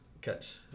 catch